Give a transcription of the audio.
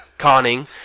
Conning